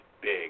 big